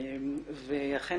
ואכן,